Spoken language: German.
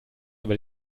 über